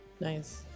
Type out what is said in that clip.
Nice